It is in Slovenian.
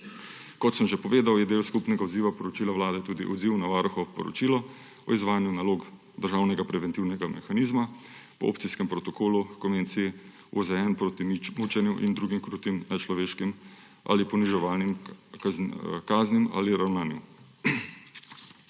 Kot sem že povedal, je del skupnega odziva poročila Vlade tudi odziv na varuhovo poročilo o izvajanju nalog državnega preventivnega mehanizma po Opcijskem protokolu h Konvenciji OZN proti mučenju in drugim krutim, nečloveškim ali poniževalnim kaznim ali ravnanju.